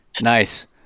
Nice